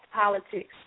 politics